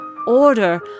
order